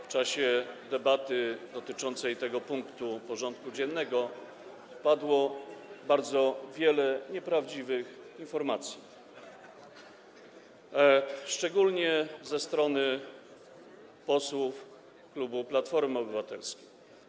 W czasie debaty dotyczącej tego punktu porządku dziennego padło bardzo wiele nieprawdziwych informacji, szczególnie ze strony posłów klubu Platformy Obywatelskiej.